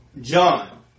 John